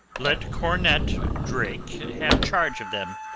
let cornet drake have charge of them.